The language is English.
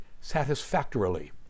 satisfactorily